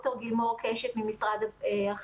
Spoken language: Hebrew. ד"ר גילמור קשת, מנהלת אגף מדעים במשרד החינוך.